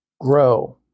grow